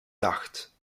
dacht